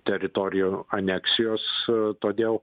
teritorijų aneksijos todėl